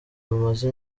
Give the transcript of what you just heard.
bumaze